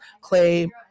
clay